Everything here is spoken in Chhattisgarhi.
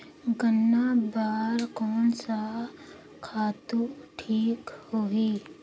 गन्ना बार कोन सा खातु ठीक होही?